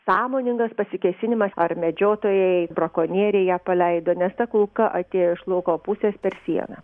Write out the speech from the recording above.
sąmoningas pasikėsinimas ar medžiotojai brakonieriai ją paleido nes ta kulka atėjo iš lauko pusės per sieną